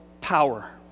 power